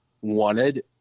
wanted